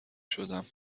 شدم